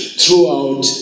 throughout